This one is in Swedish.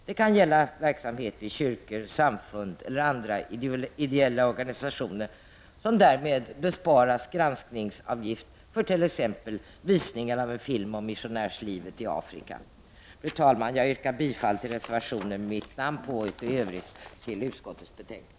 Det gäller då verksamhet vid kyrkor, samfund eller andra ideella organisationer som därmed besparas granskningsavgift för t.ex. visningen av en film om missionärslivet i Afrika. Fru talman! Jag yrkar bifall till reservationer med mitt namn under och i Övrigt till utskottets hemställan.